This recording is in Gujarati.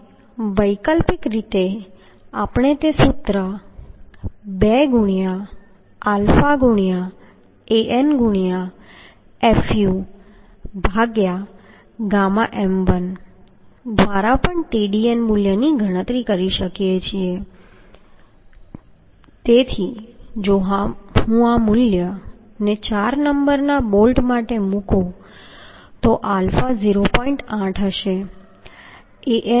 હવે વૈકલ્પિક રીતે આપણે તે સૂત્ર 2✕ɑ✕An✕fuɣm1 દ્વારા પણ Tdn મૂલ્યની ગણતરી કરી શકીએ છીએ તેથી જો હું આ મૂલ્યને ચાર નંબરના બોલ્ટ માટે મૂકું તો તે આલ્ફા 0